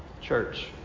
Church